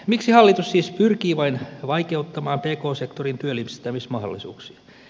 miksi hallitus siis pyrkii vain vaikeuttamaan pk sektorin työllistämismahdollisuuksia